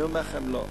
אני אומר לכם, לא.